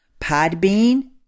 Podbean